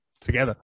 together